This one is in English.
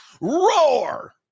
Roar